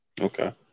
Okay